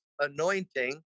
anointing